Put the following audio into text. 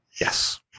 Yes